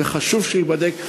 וחשוב שייבדק,